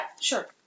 sure